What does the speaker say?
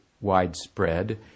widespread